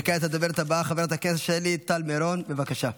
וכעת הדוברת הבאה, חברת הכנסת שלי טל מרון, בבקשה.